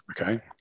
okay